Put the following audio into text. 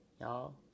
Y'all